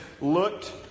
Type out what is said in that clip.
looked